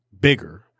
bigger